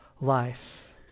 life